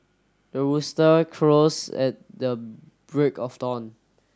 the rooster crows at the break of dawn